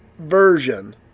version